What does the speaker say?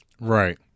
right